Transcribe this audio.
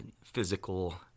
physical